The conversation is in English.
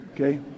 Okay